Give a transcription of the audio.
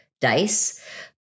dice